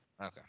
Okay